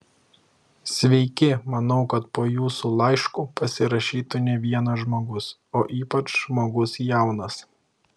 sveiki manau kad po jūsų laišku pasirašytų ne vienas žmogus o ypač žmogus jaunas